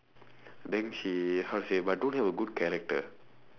then she how to say but don't have a good character